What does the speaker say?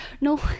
no